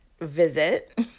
visit